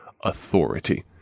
authority